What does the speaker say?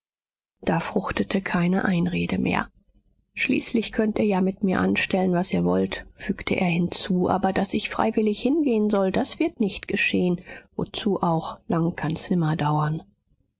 da fruchtete keine einrede mehr schließlich könnt ihr ja mit mir anstellen was ihr wollt fügte er hinzu aber daß ich freiwillig hingehen soll das wird nicht geschehen wozu auch lang kann's nimmer dauern